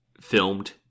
filmed